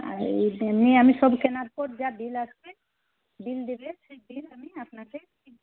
হ্যাঁ এই জন্যই সব কেনার পর যা বিল আসবে বিল দেবে সেই বিল আমি আপনাকে